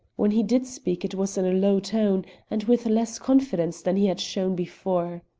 when he did speak it was in a low tone and with less confidence than he had shown before.